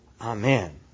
Amen